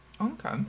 Okay